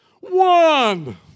One